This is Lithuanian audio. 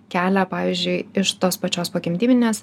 kelią pavyzdžiui iš tos pačios pogimdyvinės